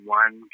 one